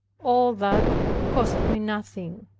all that cost me nothing